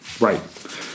Right